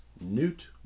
Newt